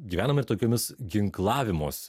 gyvename ir tokiomis ginklavimosi